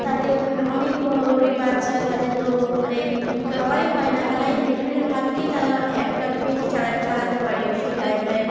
তাতে মানে অনেক গরিব বাচ্চা যাদের তো মানে খাওয়াই হয় না তারাই এই মিড ডে মিলের ভাত খেয়ে তারা একটা পেট চালায় চালাতে পারে সেই টাইমটায়